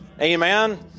Amen